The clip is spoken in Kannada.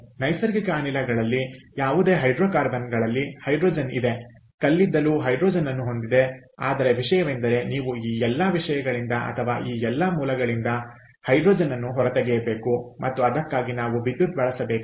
ನೈಸರ್ಗಿಕ ಅನಿಲಗಳಲ್ಲಿ ಯಾವುದೇ ಹೈಡ್ರೋಕಾರ್ಬನ್ಗಳಲ್ಲಿ ಹೈಡ್ರೋಜನ್ ಇದೆ ಕಲ್ಲಿದ್ದಲು ಹೈಡ್ರೋಜನ್ ಅನ್ನು ಹೊಂದಿದೆ ಆದರೆ ವಿಷಯವೆಂದರೆ ನೀವು ಈ ಎಲ್ಲ ವಿಷಯಗಳಿಂದ ಅಥವಾ ಈ ಎಲ್ಲಾ ಮೂಲಗಳಿಂದ ಹೈಡ್ರೋಜನ್ ಅನ್ನು ಹೊರತೆಗೆಯಬೇಕು ಮತ್ತು ಅದಕ್ಕಾಗಿ ನಾವು ವಿದ್ಯುತ್ ಬಳಸಬೇಕಾಗುತ್ತದೆ